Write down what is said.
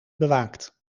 bewaakt